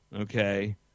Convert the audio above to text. okay